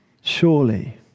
surely